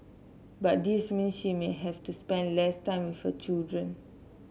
but this means she may have to spend less time with her children